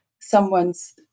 someone's